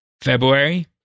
February